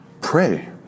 Pray